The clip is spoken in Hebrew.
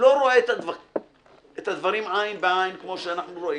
שלא רואה את הדברים עין בעין, כמו שאנחנו רואים,